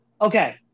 Okay